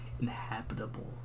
inhabitable